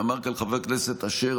אמר כאן חבר הכנסת אשר,